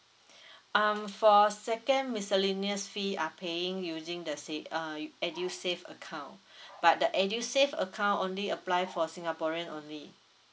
um for a second miscellaneous fee are paying using the save uh edusave account but the edusave account only apply for singaporean only